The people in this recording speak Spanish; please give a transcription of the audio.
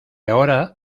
ahora